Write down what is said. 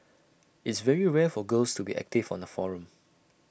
it's very rare for girls to be active on the forum